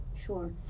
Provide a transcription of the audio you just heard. Sure